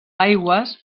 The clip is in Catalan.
aigües